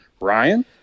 Ryan